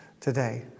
Today